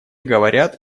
говорят